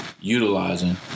utilizing